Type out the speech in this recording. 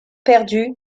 perdue